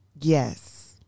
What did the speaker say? yes